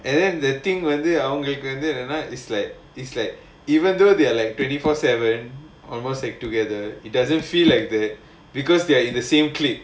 and then the thing வந்து அவங்களுக்கு என்னனா:vandhu avangalukku ennanaa at night is like is like even though they are like twenty four seven almost like together it doesn't feel like that because they are in the same clique